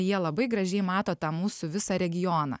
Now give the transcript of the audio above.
jie labai gražiai mato tą mūsų visą regioną